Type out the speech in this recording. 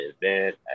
event